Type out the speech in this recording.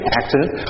accident